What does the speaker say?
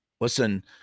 listen